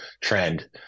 trend